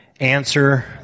answer